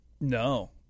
No